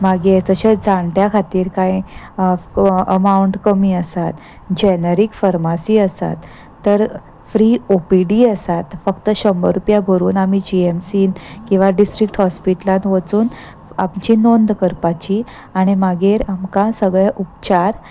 मागीर जशें जाणट्या खातीर कांय अमावंट कमी आसात जेनेरीक फर्मासी आसात तर फ्री ओ पी डी आसात फक्त शंबर रुपया भरून आमी जीऍमसीन किंवा डिस्ट्रक्ट हॉस्पिटलांत वचून आमची नोंद करपाची आनी मागीर आमकां सगळे उपचार